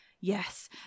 Yes